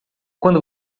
quando